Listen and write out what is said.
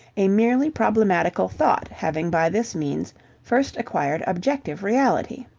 a merely problematical thought having by this means first acquired objective reality.